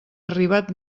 arribat